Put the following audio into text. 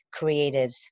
creatives